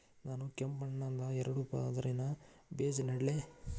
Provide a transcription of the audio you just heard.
ನಾ ಕೆಂಪ್ ಮಣ್ಣಾಗ ಎರಡು ಪದರಿನ ಬೇಜಾ ನೆಡ್ಲಿ?